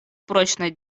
прочной